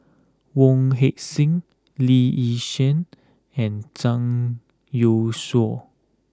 Wong Heck Sing Lee Yi Shyan and Zhang Youshuo